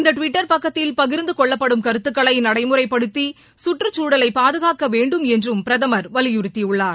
இந்த டுவிட்டர் பக்கத்தில் பகிர்ந்து கொள்ளப்படும் கருத்துகளை நடைமுறைப்படுத்தி சுற்றுச்சூழலை பாதுகாக்கவேண்டும் என்றும் பிரதமர் வலியுறுத்தியுள்ளார்